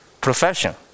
profession